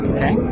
Okay